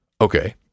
okay